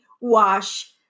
wash